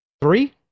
Three